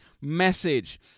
message